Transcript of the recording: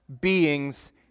beings